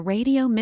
Radio